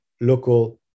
local